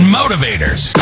motivators